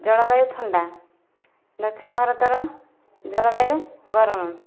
ଜଳବାୟୁ ଥଣ୍ଡା ଦକ୍ଷିଣ ଭାରତର ଜଳବାୟୁ ଗରମ